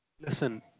Listen